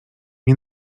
nie